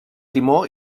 timó